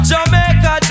Jamaica